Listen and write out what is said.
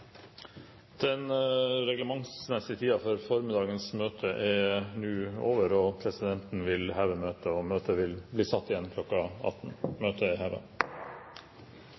Den reglementsmessige tiden for formiddagens møte er nå over. Stortinget avbryter nå sine forhandlinger, og møtet settes igjen kl. 18. Møtet